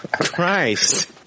Christ